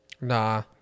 Nah